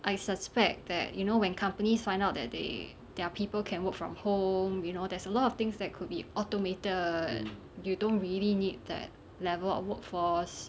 I suspect that you know when companies find out that they their people can work from home you know there's a lot of things that could be automated you don't really need that level of workforce